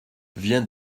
viens